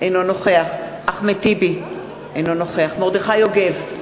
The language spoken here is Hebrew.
אינו נוכח אחמד טיבי, אינו נוכח מרדכי יוגב,